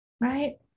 right